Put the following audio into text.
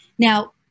Now